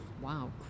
Wow